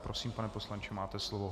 Prosím, pane poslanče, máte slovo.